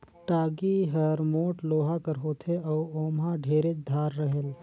टागी हर मोट लोहा कर होथे अउ ओमहा ढेरेच धार रहेल